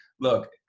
look